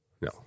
No